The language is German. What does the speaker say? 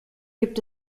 gibt